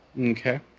Okay